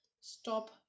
stop